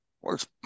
works